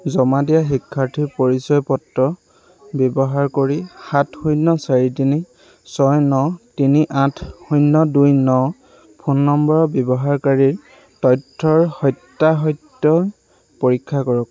জমা দিয়া শিক্ষাৰ্থীৰ পৰিচয় পত্ৰ ব্যৱহাৰ কৰি সাত শূন্য চাৰি তিনি ছয় ন তিনি আঠ শূন্য দুই ন ফোন নম্বৰৰ ব্যৱহাৰকাৰীৰ তথ্যৰ সত্য়া সত্য় পৰীক্ষা কৰক